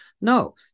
No